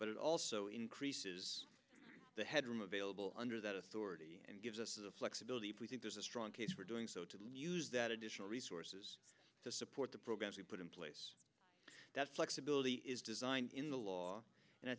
but it also increases the headroom available under that authority and gives us the flexibility if we think there's a strong case for doing so to use that additional resources to support the programs we put in place that flexibility is designed in the law and i